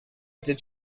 did